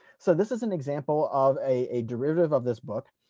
so this is an example of a derivative of this book,